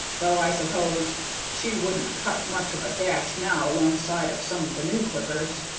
though i suppose she wouldn't cut much of a dash now longside of some of the new clippers.